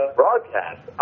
broadcast